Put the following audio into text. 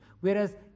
whereas